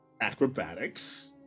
Acrobatics